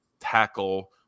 tackle